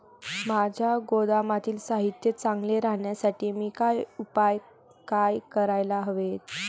माझ्या गोदामातील साहित्य चांगले राहण्यासाठी मी काय उपाय काय करायला हवेत?